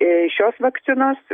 šios vakcinos